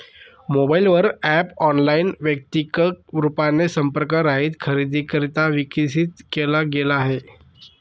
mobile वर app online, वैयक्तिक रूपाने संपर्क रहित खरेदीकरिता विकसित केला गेला आहे